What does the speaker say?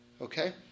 Okay